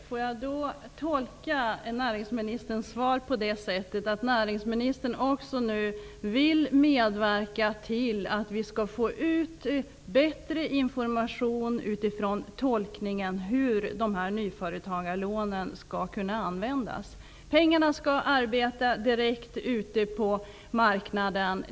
Fru talman! Kan jag tolka näringsministerns svar på det sättet att näringsministern också vill medverka till att vi får ut bättre information om hur dessa nyföretagarlån skall kunna användas? Pengarna skall arbeta direkt ute på marknaden.